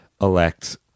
elect